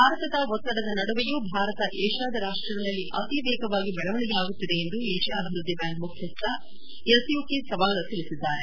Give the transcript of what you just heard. ಭಾರತದ ಒತ್ತಡದ ನಡುವೆಯೂ ಭಾರತ ಏಷ್ಯಾದ ರಾಷ್ಟಗಳಲ್ಲಿ ಅತಿ ವೇಗವಾಗಿ ಬೆಳವಣಿಗೆ ಆಗುತ್ತಿದೆ ಎಂದು ಏಷಿಯಾ ಅಭಿವೃದ್ಧಿ ಬ್ಯಾಂಕ್ ಮುಖ್ಯಸ್ಥ ಯಸುಯುಕಿ ಸವಾದ ತಿಳಿಸಿದ್ದಾರೆ